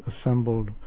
assembled